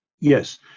Yes